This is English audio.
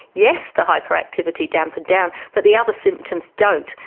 yes, the hyperactivity dampened down, but the other symptoms don't,